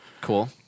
Cool